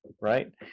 right